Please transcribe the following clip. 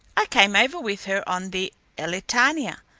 i came over with her on the elletania,